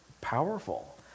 powerful